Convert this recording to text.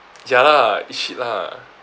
ya lah eat shit lah